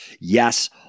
Yes